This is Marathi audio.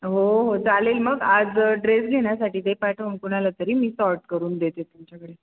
हो हो चालेल मग आज ड्रेस घेण्या्साठी दे पाठवून कुणाला तरी मी सॉर्ट करून देते त्यांच्याकडे